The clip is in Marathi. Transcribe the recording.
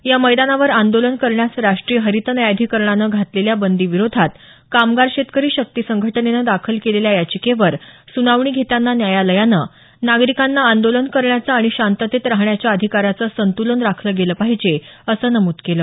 या मैदानावर आंदोलन करण्यास राष्ट्रीय हरित न्यायाधिकरणानं घातलेल्या बंदी विरोधात कामगार शेतकरी शक्ती संघटनेनं दाखल केलेल्या याचिकेवर सुनावणी घेताना न्यायालयानं नागरिकांना आंदोलन करण्याचा आणि शांततेत राहण्याच्या अधिकाराचं संतुलन राखलं गेलं पाहिजे असं नमूद केलं